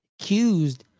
accused